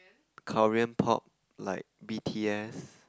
Korean Pop like B_T_S